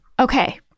Okay